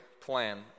plan